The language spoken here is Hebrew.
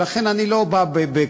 ולכן אני לא בא בכעס.